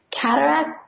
Cataract